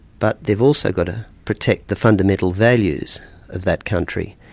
but they've also got to protect the fundamental values of that country,